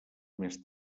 més